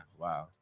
Wow